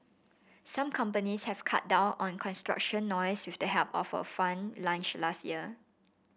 some companies have cut down on construction noise with the help of a fund launched last year